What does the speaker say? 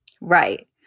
Right